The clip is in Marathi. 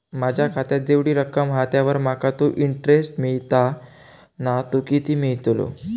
माझ्या खात्यात जेवढी रक्कम हा त्यावर माका तो इंटरेस्ट मिळता ना तो किती मिळतलो?